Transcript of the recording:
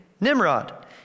Nimrod